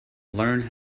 learn